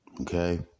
Okay